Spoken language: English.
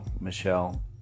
Michelle